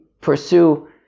pursue